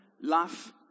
life